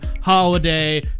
Holiday